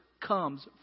Comes